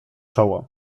czoło